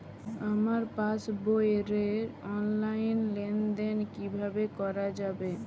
আমার পাসবই র অনলাইন লেনদেন কিভাবে করা যাবে?